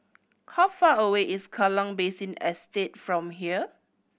how far away is Kallang Basin Estate from here